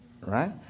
right